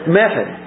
method